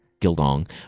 Gildong